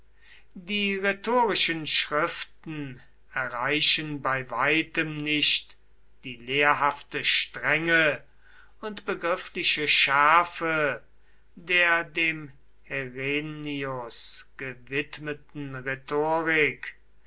die rhetorischen schriften erreichen bei weitem nicht die lehrhafte strenge und begriffliche schärfe der dem herennius gewidmeten rhetorik